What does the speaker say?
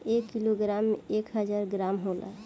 एक किलोग्राम में एक हजार ग्राम होला